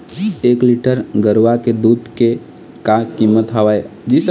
एक लीटर गरवा के दूध के का कीमत हवए?